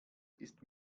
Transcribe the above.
ist